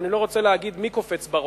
ואני לא רוצה להגיד מי קופץ בראש,